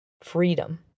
freedom